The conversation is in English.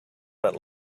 but